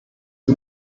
die